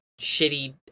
shitty